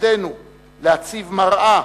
תפקידנו להציב מראה